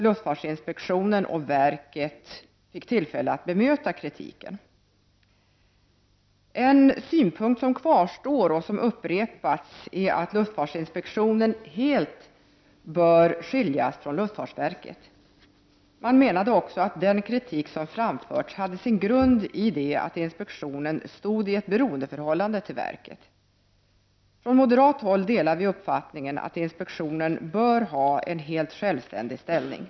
Luftfartsinspektionen och luftfartsverket fick tillfälle att bemöta kritiken. En synpunkt som kvarstår och har upprepats är att luftfartsinspektionen helt bör skiljas från luftfartsverket. Man menade också att den kritik som framförts hade sin grund i det att inspektionen stod i ett beroendeförhållande till verket. Från moderat håll delar vi uppfattningen att inspektionen bör ha en helt självständig ställning.